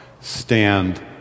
stand